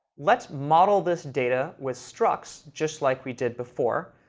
let's model this data with structs, just like we did before,